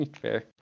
Fair